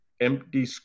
empty